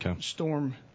storm